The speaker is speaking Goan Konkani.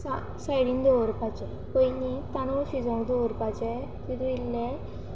सा सायडीन दवरपाचें पयलीं तांदूळ शिजोवूंक दवरपाचे तातूंंत इल्लें